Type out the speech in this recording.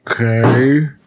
okay